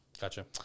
Gotcha